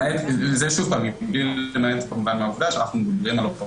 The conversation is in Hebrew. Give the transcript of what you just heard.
למעט כמובן העובדה שאנחנו מדברים על אותה